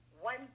one